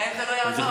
להם זה לא יעזור.